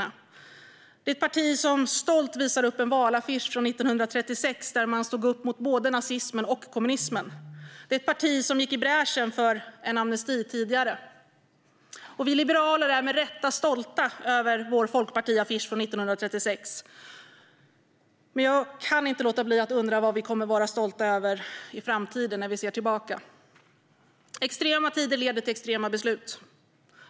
Det var ett parti som stolt visade upp en valaffisch från 1936, då man stod upp mot både nazism och kommunism. Det var ett parti som gick i bräschen för en amnesti tidigare. Vi liberaler är med rätta stolta över vår folkpartiaffisch från 1936. Men jag kan inte låta bli att undra vad vi kommer att vara stolta över i framtiden när vi ser tillbaka på det vi gör i dag. Extrema tider leder till extrema beslut.